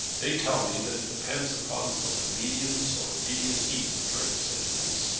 they tell me that it depends upon what the mediums or medias eat and drink, said doodles,